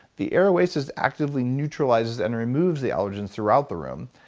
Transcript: the air oasis actively neutralizes and removes the allergens throughout the room.